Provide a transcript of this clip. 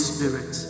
Spirit